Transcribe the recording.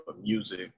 music